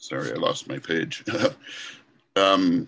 sorry i lost my page